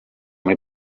muri